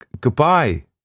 Goodbye